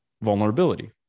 vulnerability